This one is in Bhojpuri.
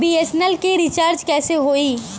बी.एस.एन.एल के रिचार्ज कैसे होयी?